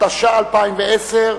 התש"ע 2010,